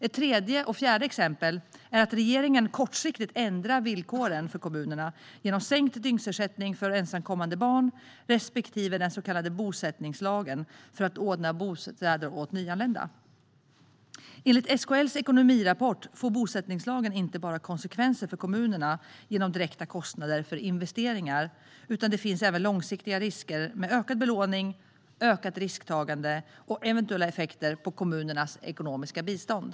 Ett tredje och ett fjärde exempel är att regeringen kortsiktigt ändrar villkoren för kommunerna genom sänkt dygnsersättning för ensamkommande barn respektive den så kallade bosättningslagen för att ordna bostäder åt nyanlända. Enligt SKL:s ekonomirapport får bosättningslagen inte bara konsekvenser för kommunerna genom direkta kostnader för investeringar. Det finns även långsiktiga risker med ökad belåning, ökat risktagande och eventuella effekter på kommunernas ekonomiska bistånd.